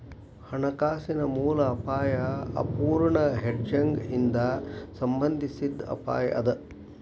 ಹಣಕಾಸಿನ ಮೂಲ ಅಪಾಯಾ ಅಪೂರ್ಣ ಹೆಡ್ಜಿಂಗ್ ಇಂದಾ ಸಂಬಂಧಿಸಿದ್ ಅಪಾಯ ಅದ